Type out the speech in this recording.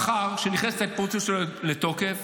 מחר, כשנכנסת ההתפטרות שלו לתוקף,